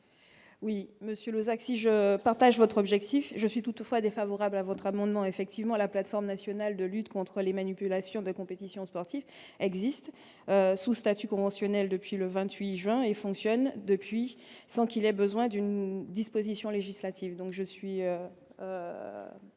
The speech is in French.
Oui monsieur Lozach si je partage votre objectif je suis toutefois défavorable à votre amendement effectivement la plateforme nationale de lutte contre les manipulations de compétitions sportives existe sous statut conventionnel depuis le 28 juin et fonctionne depuis sans qu'il a besoin d'une disposition législative, donc je suis